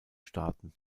starten